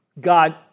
God